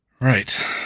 Right